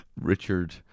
Richard